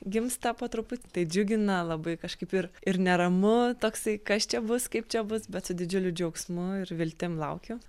gimsta po truputį tai džiugina labai kažkaip ir ir neramu toksai kas čia bus kaip čia bus bet su didžiuliu džiaugsmu ir viltim laukiu